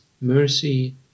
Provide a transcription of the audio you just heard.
mercy